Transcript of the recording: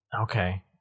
Okay